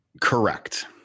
Correct